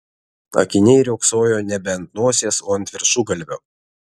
akiniai riogsojo nebe ant nosies o ant viršugalvio